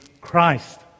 Christ